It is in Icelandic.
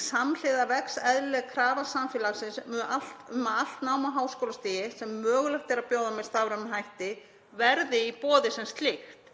Samhliða vex eðlileg krafa samfélagsins um að allt nám á háskólastigi sem mögulegt er að bjóða með stafrænum hætti verði í boði sem slíkt,